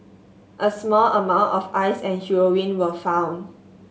a small amount of Ice and heroin were found